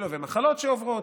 ומחלות שעוברות,